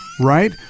Right